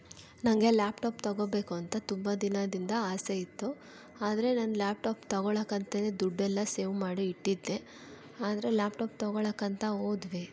ನನಗೆ laptop ತಗೊಳ್ಬೇಕು ಅಂತ ತುಂಬ ದಿನದಿಂದ ಆಸೆ ಇತ್ತು ಆದರೆ ನಾನು ಲ್ಯಾಪ್ ಟಾಪ್ ತಗೊಳ್ಳೋಕಂತಲೇ ದುಡ್ಡೆಲ್ಲ ಸೇವ್ ಮಾಡಿ ಇಟ್ಟಿದ್ದೆ ಆದರೆ ಲ್ಯಾಪ್ ಟಾಪ್ ತಗೊಳ್ಳೋಕೆ ಅಂತ ಹೋದ್ವಿ